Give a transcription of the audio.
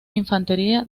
infantería